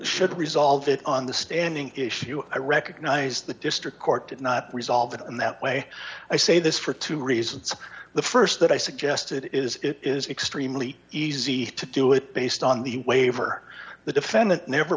should resolve it on the standing issue i recognize the district court did not resolve it in that way i say this for two reasons the st that i suggested it is it is extremely easy to do it based on the waiver the defendant never